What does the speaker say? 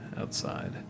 outside